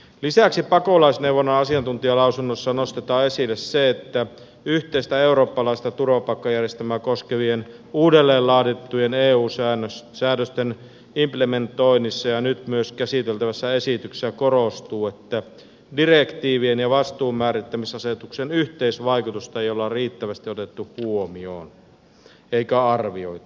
lisäksi pakolaisneuvonnan asiantuntijalausunnossa nostetaan esille se että yhteistä eurooppalaista turvapaikkajärjestelmää koskevien uudelleen laadittujen eu säädösten implementoinnissa ja nyt myös käsiteltävässä esityksessä korostuu että direktiivien ja vastuunmäärittämisasetuksen yhteisvaikutusta ei olla riittävästi otettu huomioon eikä arvioitu